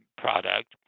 product